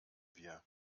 wir